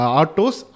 autos